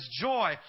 joy